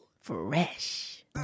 fresh